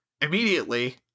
immediately